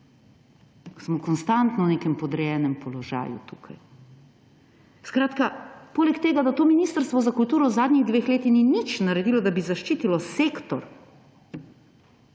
smo konstantno v nekem podrejenem položaju tukaj. Skratka, poleg tega, da to ministrstvo za kulturo v zadnjih dveh letih ni ničesar naredilo, da bi zaščitilo sektor,